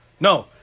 No